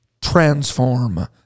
transform